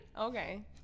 Okay